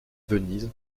venise